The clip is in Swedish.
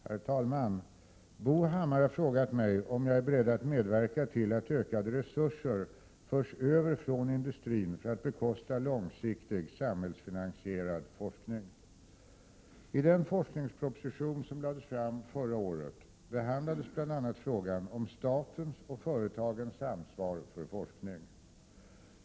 Herr talman! Bo Hammar har frågat mig om jag är beredd att medverka till att ökade resurser förs över från industrin för att bekosta långsiktig samhällsfinansierad forskning. I den forskningsproposition som lades fram förra året behandlades bl.a. frågan om statens och företagens ansvar för forskning.